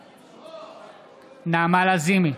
בעד נעמה לזימי,